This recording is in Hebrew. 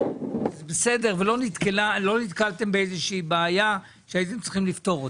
זה בסדר ולא נתקלה לא נתקלתם באיזושהי בעיה שהייתם צריכים לפתור אותה,